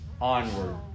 Onward